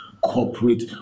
corporate